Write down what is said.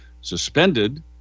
suspended